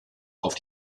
auf